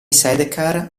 sidecar